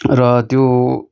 र त्यो